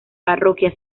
parroquia